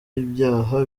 ibyaha